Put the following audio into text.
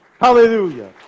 Hallelujah